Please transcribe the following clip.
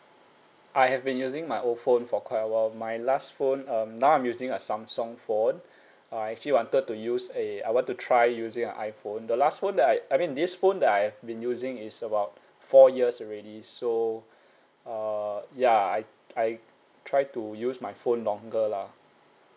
I have been using my old phone for quite a while my last phone um now I'm using a samsung phone uh I actually wanted to use a I want to try using a iphone the last phone that I I mean this phone that I've been using is about four years already so uh ya I I try to use my phone longer lah